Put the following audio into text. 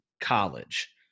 college